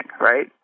right